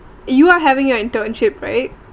you're having your internship right